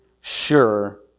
sure